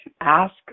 Ask